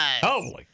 Holy